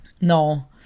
No